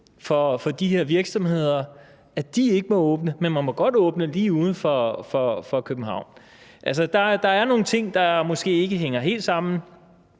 her virksomheder, at de ikke må åbne, men at man godt må åbne lige uden for København. Altså, der er nogle ting, der måske ikke hænger helt sammen.